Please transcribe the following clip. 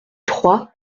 trois